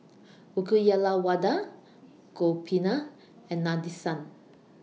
Uyyalawada Gopinath and Nadesan